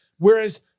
Whereas